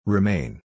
Remain